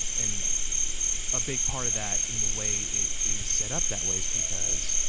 and a big part of that, in the way it is set up that way, is because